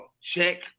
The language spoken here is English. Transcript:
Check